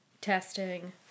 Testing